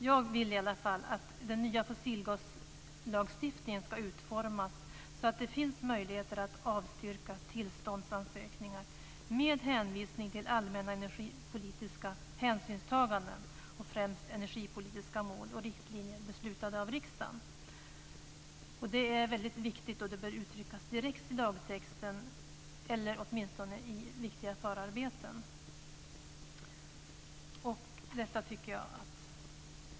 Jag vill att den nya fossilgaslagstiftningen ska utformas så att det finns möjligheter att avstyrka tillståndsansökningar med hänvisning till allmänna energipolitiska hänsynstaganden, och främst energipolitiska mål och riktlinjer beslutade av riksdagen. Det är väldigt viktigt, och det bör uttryckas direkt i lagtexten eller åtminstone i viktiga förarbeten.